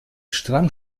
stramm